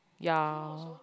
ya